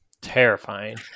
Terrifying